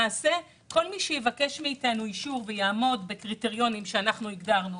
למעשה כל מי שיבקש מאתנו אישור ויעמוד בקריטריונים שאנחנו הגדרנו